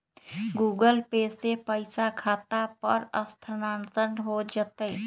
Google Pay से पईसा खाता पर स्थानानंतर हो जतई?